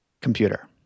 Computer